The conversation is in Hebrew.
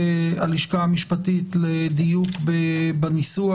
הלשכה המשפטית לדיוק בניסוח.